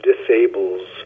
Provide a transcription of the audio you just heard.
disables